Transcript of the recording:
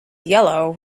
yellow